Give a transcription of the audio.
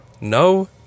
No